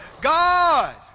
God